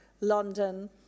London